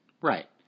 Right